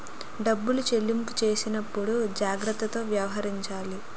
డబ్బులు చెల్లింపు చేసేటప్పుడు జాగ్రత్తతో వ్యవహరించాలి